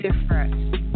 different